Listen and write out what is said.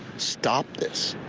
stop this.